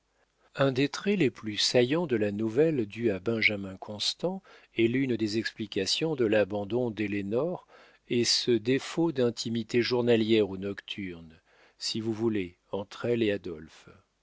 un des traits les plus saillants de la nouvelle due à benjamin constant et l'une des explications de l'abandon d'ellénore est ce défaut d'intimité journalière ou nocturne si vous voulez entre elle et adolphe